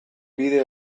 bide